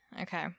okay